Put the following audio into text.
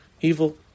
evil